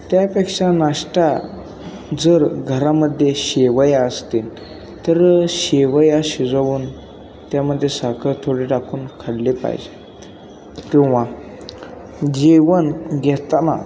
त्यापेक्षा नाश्ता जर घरामध्ये शेवया असतील तर शेवया शिजवून त्यामध्ये साखर थोडी टाकून खाल्ली पाहिजे किंवा जेवण घेताना